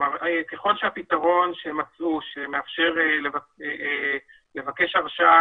ככל שהפתרון שמצאו שמאפשר לבקש הרשאה,